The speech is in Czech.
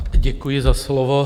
Děkuji za slovo.